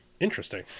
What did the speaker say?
Interesting